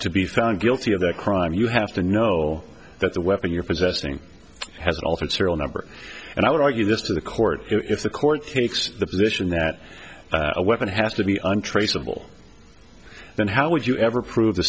to be found guilty of that crime you have to know that the weapon you're possessing has an altered serial number and i would argue this to the court if the court takes the position that a weapon has to be untraceable then how would you ever prove the